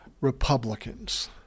Republicans